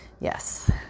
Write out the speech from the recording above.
yes